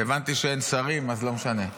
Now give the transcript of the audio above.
הבנתי שאין שרים, אז לא משנה.